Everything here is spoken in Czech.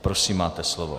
Prosím, máte slovo.